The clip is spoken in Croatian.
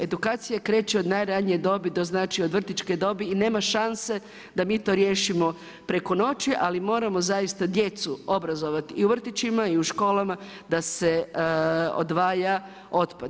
Edukacija kreće od najranije dobi, to znači od vrtićke dobi i nema šanse da mi to riješimo preko noći ali moramo zaista djecu obrazovati i u vrtićima i u školama da se odvaja otpad.